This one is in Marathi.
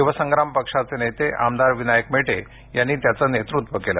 शिवसंग्राम पक्षाचे नेते आमदार विनायक मेटे यांनी त्याचं नेतृत्व केलं